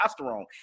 testosterone